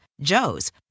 Joe's